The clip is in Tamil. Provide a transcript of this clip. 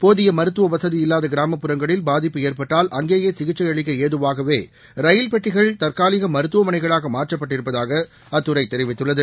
போதிய மருத்துவ வசதி இல்லாத கிராமப்புறங்களில் பாதிப்பு ஏற்பட்டால் அங்கேயே சிகிச்சை அளிக்க ஏதுவாகவே ரயில் பெட்டிகள் தற்காலிக மருத்துவமனைகளாக மாற்றப்பட்டிருப்பதாக அத்துறை தெரிவித்துள்ளது